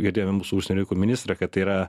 girdėjom mūsų užsienio reikalų ministrą kad tai yra